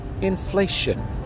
inflation